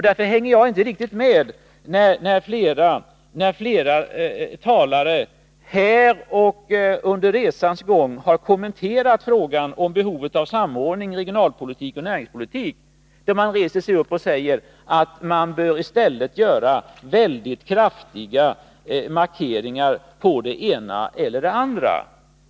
Därför hänger jag inte riktigt med när flera talare här och så att säga under resans gång har kommenterat frågan om behovet av samordning mellan regionalpolitik och näringspolitik och rest sig upp och sagt att man i stället bör göra mycket kraftiga markeringar i fråga om det ena eller det andra.